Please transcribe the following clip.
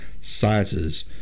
sizes